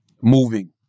moving